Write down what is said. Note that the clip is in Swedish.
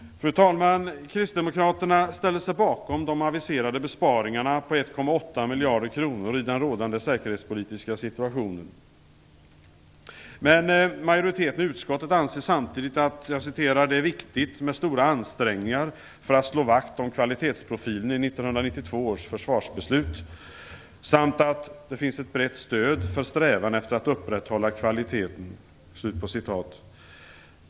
Fru talman! Kristdemokraterna ställer sig bakom de aviserade besparingarna på 1,8 miljarder kronor i den rådande säkerhetspolitiska situationen. Men majoriteten i utskottet anser samtidigt "att det är viktigt med stora ansträngningar för att slå vakt om kvalitetsprofilen i 1992 års försvarsbeslut" samt "att det finns ett brett stöd för strävan efter att upprätthålla kvaliteten".